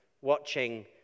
watching